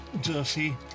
dirty